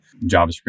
JavaScript